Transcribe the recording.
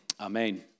Amen